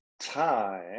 time